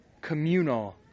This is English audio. communal